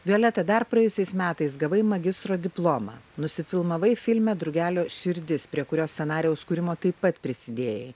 violeta dar praėjusiais metais gavai magistro diplomą nusifilmavai filme drugelio širdis prie kurio scenarijaus kūrimo taip pat prisidėjai